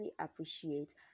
appreciate